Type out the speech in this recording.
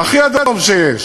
הכי אדום שיש.